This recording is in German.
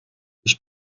ich